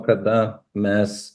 kada mes